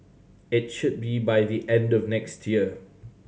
it should be by the end of next year